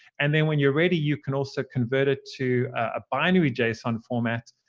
and then when you're ready, you can also convert it to a binary json format.